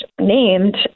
named